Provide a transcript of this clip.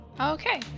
okay